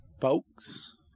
Folks